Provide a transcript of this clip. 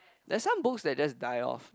there's some books that they just type of